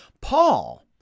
Paul